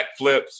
backflips